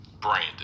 Brandon